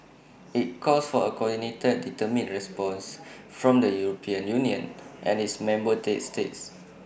IT calls for A coordinated determined response from the european union and its member states